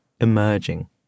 emerging